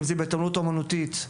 אם זה בהתעמלות אומנותית,